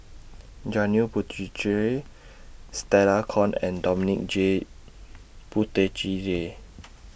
Janil Puthucheary Stella Kon and Dominic J Puthucheary